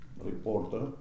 reporter